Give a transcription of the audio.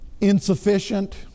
insufficient